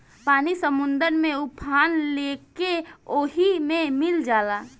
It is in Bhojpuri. पानी समुंदर में उफान लेके ओहि मे मिल जाला